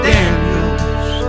Daniels